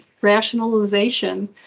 rationalization